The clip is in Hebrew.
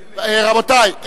רבותי,